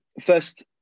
First